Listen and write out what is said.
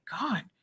God